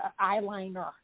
eyeliner